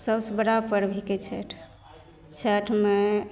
सबसे बड़ा पर्व हिकै छठि छठिमे